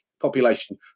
population